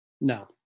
No